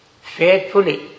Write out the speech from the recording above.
faithfully